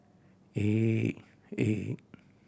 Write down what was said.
eight eight